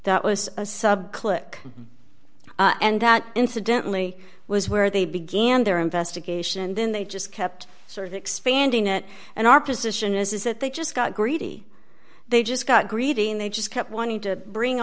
that was a sub click and that incidentally was where they began their investigation and then they just kept sort of expanding it and our position is is that they just got greedy they just got greedy and they just kept wanting to bring